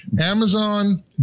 Amazon